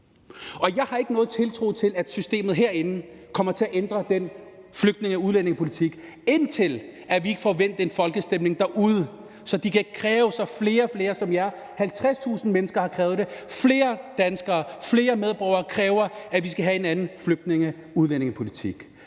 Og jeg har ikke nogen tiltro til, at systemet herinde kommer til at ændre på den flygtninge- og udlændingepolitik, indtil vi får vendt den folkestemning derude, så flere danskere, flere medborgere – flere og flere som jer; 50.000 mennesker har krævet det – kan kræve, at vi skal have en anden flygtninge- og udlændingepolitik.